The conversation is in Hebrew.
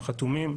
הם חתומים.